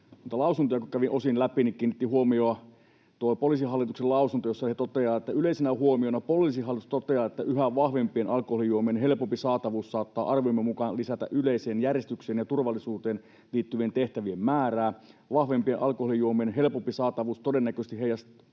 lausuntoja kävin osin läpi, kiinnitti huomiota Poliisihallituksen lausunto, jossa he toteavat: ”Yleisenä huomiona Poliisihallitus toteaa, että yhä vahvempien alkoholijuomien helpompi saatavuus saattaa arviomme mukaan lisätä yleiseen järjestykseen ja turvallisuuteen liittyvien tehtävien määrää. Vahvempien alkoholijuomien helpompi saatavuus todennäköisesti heijastuu